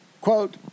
quote